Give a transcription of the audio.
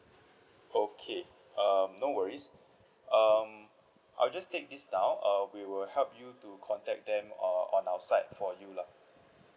okay um no worries um I'll just take this down uh we will help you to contact them uh on our side for you lah